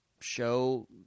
show